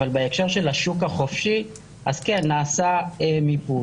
אבל בהקשר של השוק החופשי, אז כן, נעשה מיפוי.